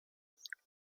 cuatro